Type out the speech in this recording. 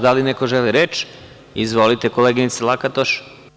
Da li neko želi reč? (Da) Izvolite koleginice Lakatoš.